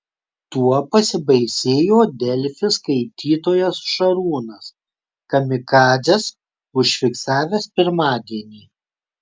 tuo pasibaisėjo delfi skaitytojas šarūnas kamikadzes užfiksavęs pirmadienį